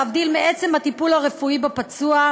להבדיל מעצם הטיפול הרפואי בפצוע,